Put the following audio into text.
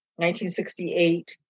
1968